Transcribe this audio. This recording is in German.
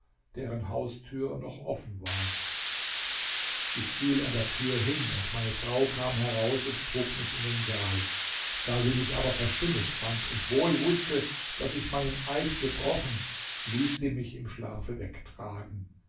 deren haustür noch offen war ich fiel an der tür hin und meine frau kam heraus und trug mich in den saal da sie mich aber verstümmelt fand und wohl wußte daß ich meinen eid gebrochen ließ sie mich im schlafe wegtragen